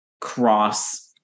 cross